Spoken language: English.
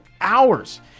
hours